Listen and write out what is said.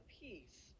peace